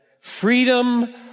freedom